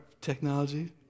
technology